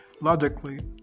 Logically